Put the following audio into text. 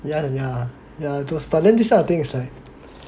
ya ya ya but then this type of thing is like